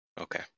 Okay